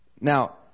Now